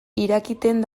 irakiten